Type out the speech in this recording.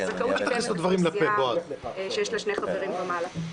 זו זכאות שקיימת בכל סיעה שיש לה שני חברים ומעלה.